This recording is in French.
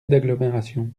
d’agglomération